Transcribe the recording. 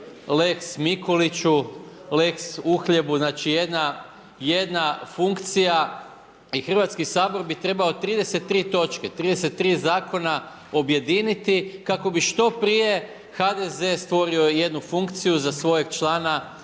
lex Mikuliću, lex uhljebu, znači jedna funkcija i Hrvatski sabor bi trebao 33 točke, 33 zakona objediniti kako bi što prije HDZ stvorio jednu funkciju za svojeg člana,